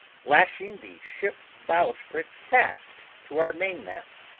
lashing the ship's bowsprit fast to our mainmast,